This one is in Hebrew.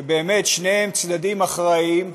שבאמת שניהם צדדים אחראיים ושניהם,